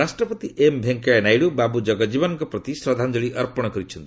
ଉପରାଷ୍ଟ୍ରପତି ଏମ୍ ଭେଙ୍କେୟା ନାଇଡୁ ବାବୁ ଜଗଜ୍ଞୀବନଙ୍କ ପ୍ରତି ଶ୍ରଦ୍ଧଞ୍ଜିଳି ଅର୍ପଣ କରିଛନ୍ତି